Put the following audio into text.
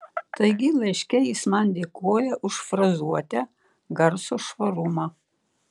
taigi laiške jis man dėkoja už frazuotę garso švarumą